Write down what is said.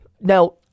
Now